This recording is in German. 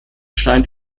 scheint